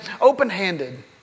open-handed